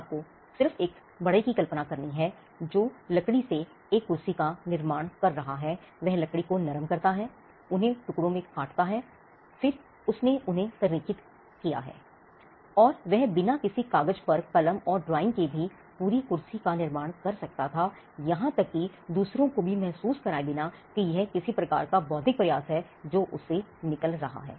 आपको सिर्फ एक बढ़ई की कल्पना करनी है जो लकड़ी से एक कुर्सी का निर्माण कर रहा है वह लकड़ी को नरम करता है उन्हें टुकड़ों में काटता है फिर उन्हें संरेखित करता है और वह बिना किसी कागज पर कलम और ड्राइंग के भी पूरी कुर्सी का निर्माण कर सकता था या यहाँ तक कि दूसरों को भी महसूस कराए बिना कि यह किसी तरह का बौद्धिक प्रयास है जो उससे निकल रहा है